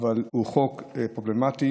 הוא חוק פרובלמטי.